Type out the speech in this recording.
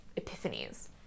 epiphanies